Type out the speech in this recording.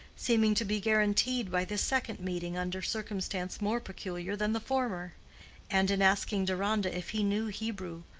seeming to be guaranteed by this second meeting under circumstance more peculiar than the former and in asking deronda if he knew hebrew,